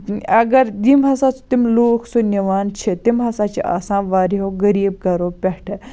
اگر یِم ہَسا تِم لُکھ سُہ نِوان چھِ تِم ہَسا چھِ آسان واریاہَو غریٖب گَرَو پٮ۪ٹھہٕ